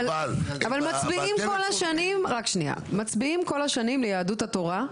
אבל מצביעים כל השנים ליהדות התורה,